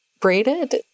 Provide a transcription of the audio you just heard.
braided